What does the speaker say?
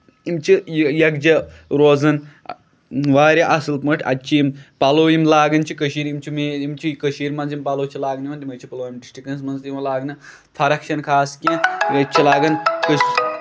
یِم چھِ یَکجہ روزان واریاہ اَصٕل پٲٹھۍ اَتہِ چھِ یِم پَلو یِم لاگٔنۍ چھِ کٔشیٖر یِم چھِ مین یِم چھِ کٔشیٖر منٛز یِم پَلو چھِ لاگنہٕ یِوان تِمے چھِ پُلوٲمۍ ڈِسٹرکَس منٛز تہِ یِوان لاگنہٕ فوق چھےٚ نہٕ خاص کیٚنٛہہ ییٚتہِ چھِ لاگٔنۍ